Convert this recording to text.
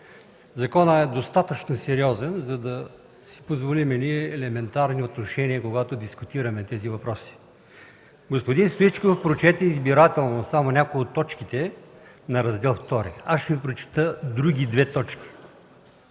Законът е достатъчно сериозен, за да си позволим елементарни отношения, когато дискутираме тези въпроси. Господин Стоичков прочете избирателно само някои от точките на Раздел ІІ. Аз ще Ви прочета други две точки: